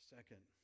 Second